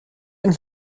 ein